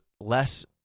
less